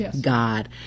God